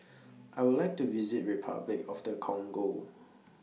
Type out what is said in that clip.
I Would like to visit Repuclic of The Congo